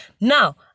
Now